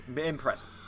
Impressive